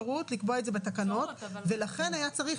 נניח שאדם קיבל 300 בשר"מ וגם העלאה של קצבת נכות,